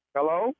Hello